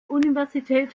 universität